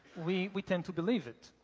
we we tend to believe it.